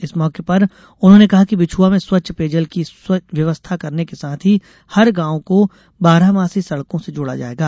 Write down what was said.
इस मौके पर उन्होंने कहा कि विछुआ में स्वच्छ पेयजल की व्यवस्था करने के साथ ही हर गांव को बारहमासी सड़कों से जोड़ा जायेगा